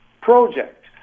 project